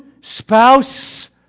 spouse